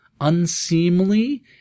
unseemly